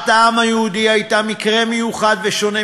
שואת העם היהודי הייתה מקרה מיוחד ושונה